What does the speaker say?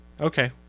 Okay